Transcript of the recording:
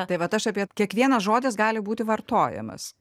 tai vat aš apie kiekvienas žodis gali būti vartojamas